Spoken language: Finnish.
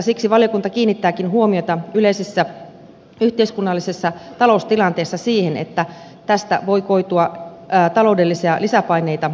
siksi valiokunta kiinnittääkin huomiota yleisessä yhteiskunnallisessa taloustilanteessa siihen että tästä voi koitua taloudellisia lisäpaineita evankelisluterilaiselle kirkolle